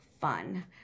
fun